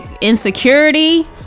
insecurity